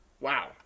wow